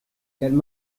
qu’elle